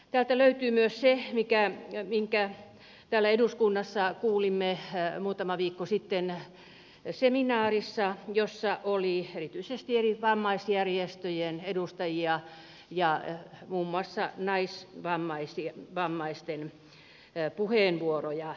täältä löytyy myös se minkä täällä eduskunnassa kuulimme muutama viikko sitten seminaarissa jossa oli erityisesti eri vammaisjärjestöjen edustajia ja kuultiin muun muassa naisvammaisten puheenvuoroja